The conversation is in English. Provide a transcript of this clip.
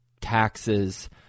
taxes